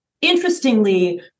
Interestingly